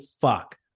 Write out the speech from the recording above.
fuck